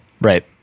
Right